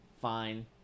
fine